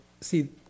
See